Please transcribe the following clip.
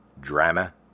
Drama